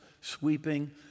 sweeping